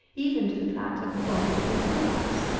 even to the plat of the bonnet, of miss woodhouse.